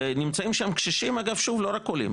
ונמצאים שם קשישים אגב שוב לא רק עולים,